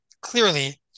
Clearly